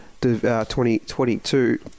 2022